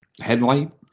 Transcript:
headlight